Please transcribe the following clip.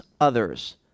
others